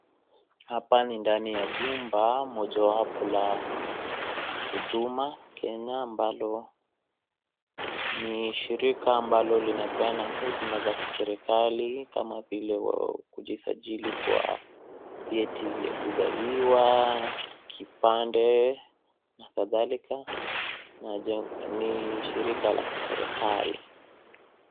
Hapa ni ndani ya jumba mojawapo la Huduma Kenya ambalo, ni shirika ambalo linapeana huduma za kiserikali kama vile kujisajili kwa vyeti vya kuzaliwa, kipande na kadhalika na ja ni shirika la kiserikali.